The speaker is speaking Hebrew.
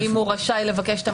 שמה